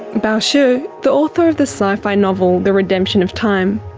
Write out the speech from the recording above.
bao shu, the author of the sci-fi novel the redemption of time,